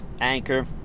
Anchor